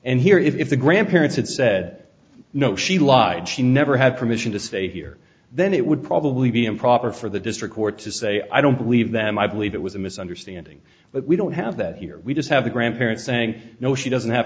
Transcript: and here if the grandparents had said no she lied she never had permission to stay here then it would probably be improper for the district court to say i don't believe them i believe it was a misunderstanding but we don't have that here we just have the grandparents saying no she doesn't have